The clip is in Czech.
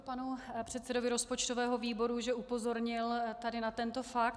Děkuju panu předsedovi rozpočtového výboru, že upozornil tady na tento fakt.